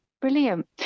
Brilliant